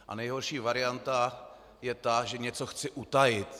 A nejhorší varianta je ta, že něco chci utajit.